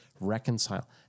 Reconcile